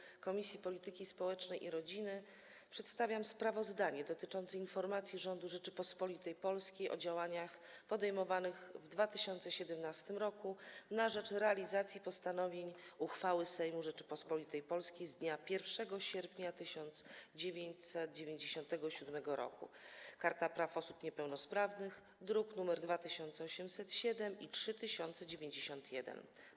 W imieniu Komisji Polityki Społecznej i Rodziny przedstawiam sprawozdanie dotyczące informacji rządu Rzeczypospolitej Polskiej o działaniach podejmowanych w 2017 r. na rzecz realizacji postanowień uchwały Sejmu Rzeczypospolitej Polskiej z dnia 1 sierpnia 1997 r. Karta Praw Osób Niepełnosprawnych, druki nr 2807 i 3091.